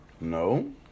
No